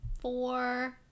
four